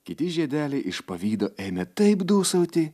kiti žiedeliai iš pavydo ėmė taip dūsauti